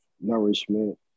nourishment